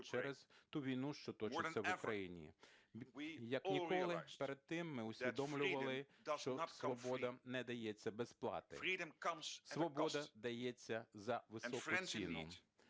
перед тим ми усвідомлювали, що свобода не дається без плати, свобода дається за високу ціну